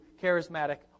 charismatic